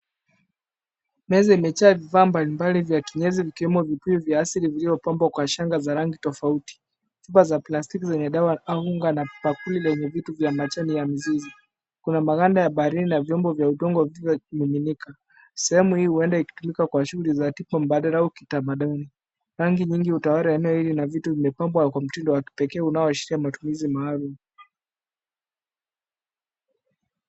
Meza imejaa vifaa mbalimbali vya kinyezi vikiwemo vipimo vya asili vilivyopambwa kwa shanga za rangi tofauti, chupa za plastiki zenye dawa au unga na kupakuli lenye vitu vya majani ya mizizi, Kuna maganda ya barini na vyombo vya udongo vilivyo miminika, Sehemu hii huenda utumika kwa shughuli za tukio mbadala au kitamaduni, rangi nyingi utolewa eneo hili na vitu vilipambwa kwa mtindo wa kipekee unaoashiria matumizi maalum.